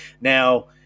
Now